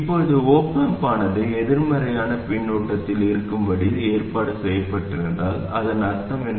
இப்போது op amp ஆனது எதிர்மறையான பின்னூட்டத்தில் இருக்கும்படி ஏற்பாடு செய்யப்பட்டிருந்தால் அதன் அர்த்தம் என்ன